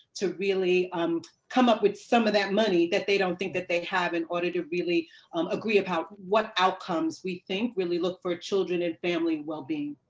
to really um come up with some of that money that they don't think that they have in order to really um agree about what outcomes we think really look for children and family well being.